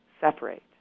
separate